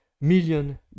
million